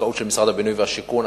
מזכאות של משרד הבינוי והשיכון.